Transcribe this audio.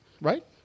right